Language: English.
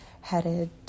headed